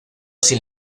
sin